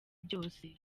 byose